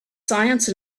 science